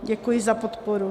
Děkuji za podporu.